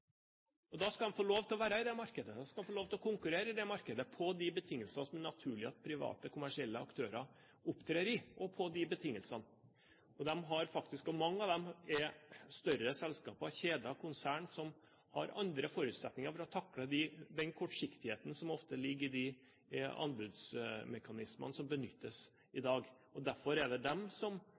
og da skal de få lov til å være i det markedet, de skal få lov til å konkurrere i det markedet på de betingelsene som det er naturlig at private, kommersielle aktører opptrer i. Mange av dem er større selskaper, kjeder og konsern som har andre forutsetninger for å takle den kortsiktigheten som ofte ligger i de anbudsmekanismene som benyttes i dag. Derfor er det i stor grad de som